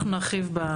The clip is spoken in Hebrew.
אנחנו נרחיב.